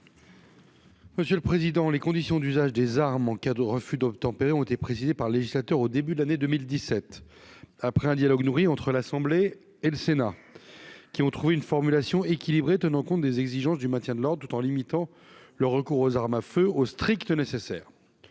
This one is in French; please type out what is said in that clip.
commission ? Les conditions d'usage des armes en cas de refus d'obtempérer ont été précisées par le législateur au début de l'année 2017, après un dialogue nourri entre l'Assemblée nationale et le Sénat qui a abouti à une formulation équilibrée tenant compte des exigences du maintien de l'ordre, tout en limitant le recours aux armes à feu au strict nécessaire.